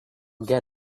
get